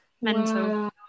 mental